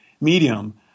medium